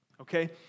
Okay